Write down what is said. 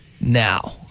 now